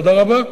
תודה רבה,